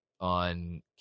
on